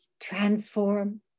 Transform